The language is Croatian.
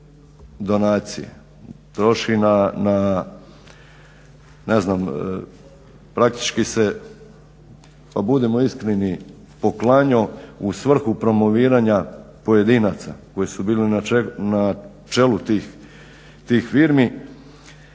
donacije, troši na ne znam praktički se pa budimo iskreni poklanjao u svrhu promoviranja pojedinaca koji su bili na čelu tih firmi